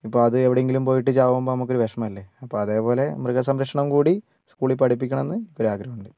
ഇപ്പോൾ അത് എവിടെയെങ്കിലും പോയിട്ട് ചാവുമ്പോൾ നമുക്കൊരു വിഷമമല്ലേ അപ്പോൾ അതേപോലെ മൃഗസംരക്ഷണം കൂടി സ്കൂളിൽ പഠിപ്പിക്കണം എന്ന് ഒരു ആഗ്രഹം ഉണ്ട്